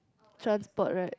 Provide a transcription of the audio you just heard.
transport right